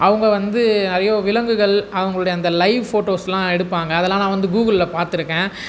அவங்க வந்து நிறைய விலங்குகள் அவங்களுடைய அந்த லைவ் ஃபோட்டோஸ்லாம் எடுப்பாங்க அதெலாம் நான் வந்து கூகுள்ல பார்த்துருக்கேன்